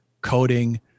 coding